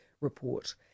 report